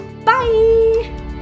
Bye